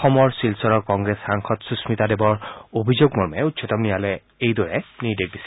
অসমৰ শিলচৰৰ কংগ্ৰেছ সাংসদ সুস্মিতা দেৱৰ অভিযোগ মৰ্মে উচ্চতম ন্যায়ালয়ে এইদৰে নিৰ্দেশ দিছিল